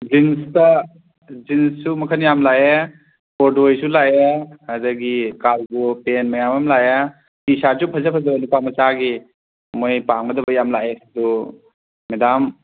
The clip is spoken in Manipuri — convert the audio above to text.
ꯖꯤꯟꯁꯇ ꯖꯤꯟꯁꯁꯨ ꯃꯈꯟ ꯌꯥꯝ ꯂꯥꯛꯑꯦ ꯀꯣꯗ꯭ꯔꯣꯏꯁꯨ ꯂꯥꯛꯑꯦ ꯑꯗꯒꯤ ꯀꯥꯔꯒꯣ ꯄꯦꯟ ꯃꯌꯥꯝ ꯑꯃ ꯂꯥꯛꯑꯦ ꯇꯤ ꯁꯥꯔꯠꯁꯨ ꯐꯖ ꯐꯖꯕ ꯅꯨꯄꯥ ꯃꯆꯥꯒꯤ ꯃꯣꯏ ꯄꯥꯝꯒꯗꯕ ꯌꯥꯝ ꯂꯥꯛꯑꯦ ꯑꯗꯨ ꯃꯦꯗꯥꯝ